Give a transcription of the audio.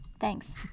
Thanks